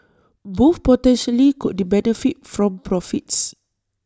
both potentially could benefit from profits